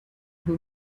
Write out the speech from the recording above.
who